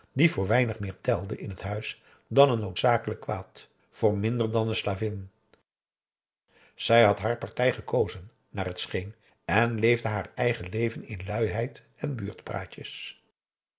die voor weinig meer telde in het huis dan een noodzakelijk kwaad voor minder dan een slavin zij had aum boe akar eel haar partij gekozen naar het scheen en leefde haar eigen leven in luiheid en